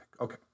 Okay